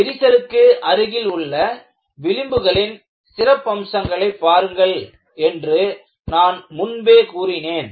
விரிசலுக்கு அருகில் உள்ள விளிம்புகளின் சிறப்பம்சங்களை பாருங்கள் என்று நான் முன்பே கூறினேன்